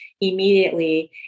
immediately